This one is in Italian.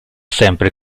sempre